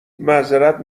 معذرت